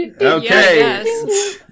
Okay